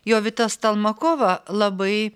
jovita stalmakova labai